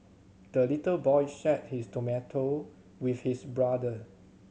the little boy shared his tomato with his brother